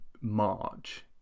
March